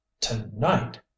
to-night